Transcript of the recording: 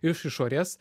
iš išorės